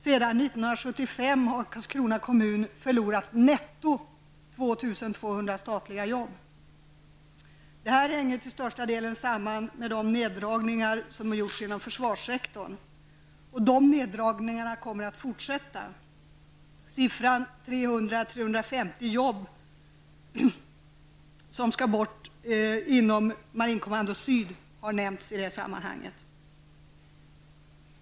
Sedan 1975 har Karlskrona kommun förlorat netto 2 200 statliga arbeten. Det hänger till största delen samman med de neddragningar som gjorts inom försvarssektorn. De neddragningarna kommer att fortsätta. Siffran Marinkommando Syd har nämnts i det sammanhanget.